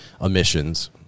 emissions